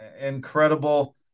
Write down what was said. incredible